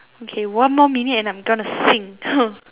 okay one more minute and I'm going to sing